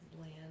land